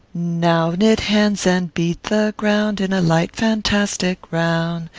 now knit hands and beat the ground in a light, fantastic round,